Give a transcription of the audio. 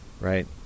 right